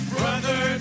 Brother